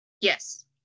Yes